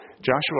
Joshua